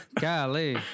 Golly